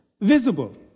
visible